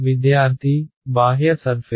విద్యార్థి బాహ్య సర్ఫేస్